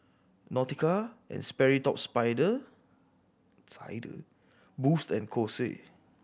Nautica and Sperry Top Spider Sider Boost and Kose